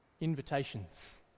invitations